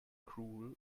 cruel